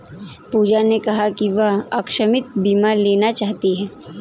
पूजा ने कहा कि वह आकस्मिक बीमा लेना चाहती है